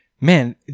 man